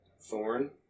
Thorn